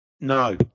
No